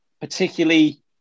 particularly